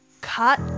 Cut